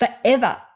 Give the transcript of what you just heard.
forever